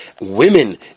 women